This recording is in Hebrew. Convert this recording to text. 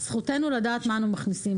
זכותנו לדעת מה אנו מכניסים.